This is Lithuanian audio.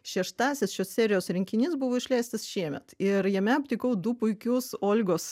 šeštasis šios serijos rinkinys buvo išleistas šiemet ir jame aptikau du puikius olgos